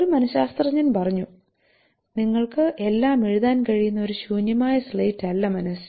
ഒരു മനശാസ്ത്രജ്ഞൻ പറഞ്ഞു നിങ്ങൾക്ക് എല്ലാം എഴുതാൻ കഴിയുന്ന ഒരു ശൂന്യമായ സ്ലേറ്റല്ല മനസ്സ്